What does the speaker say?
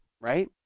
right